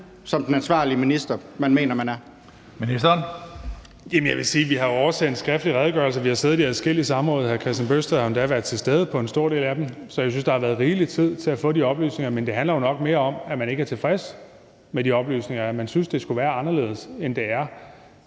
Kl. 11:09 Udlændinge- og integrationsministeren (Kaare Dybvad Bek): Jeg vil sige, at vi har oversendt skriftlige redegørelser; vi har siddet i adskillige samråd, hvor hr. Kristian Bøgsted endda har været til stede på en stor del af dem. Så jeg synes, der har været rigelig tid til at få de oplysninger. Men det handler jo nok mere om, at man ikke er tilfreds med de oplysninger, og at man synes, det skulle være anderledes, end det er.